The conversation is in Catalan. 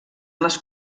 les